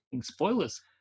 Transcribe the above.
spoilers